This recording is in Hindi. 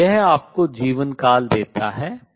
और यह आपको life time जीवनकाल देता है